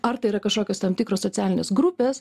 ar tai yra kažkokios tam tikros socialinės grupės